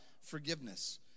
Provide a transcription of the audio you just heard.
forgiveness